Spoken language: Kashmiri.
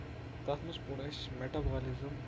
تَتھ منٛز پوٚر اَسہِ میٹابولزم